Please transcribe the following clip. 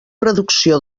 reducció